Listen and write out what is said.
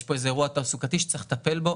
יש פה איזה אירוע תעסוקתי שצריך לטפל בו,